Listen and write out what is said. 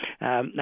Now